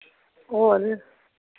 होर